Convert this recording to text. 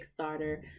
Kickstarter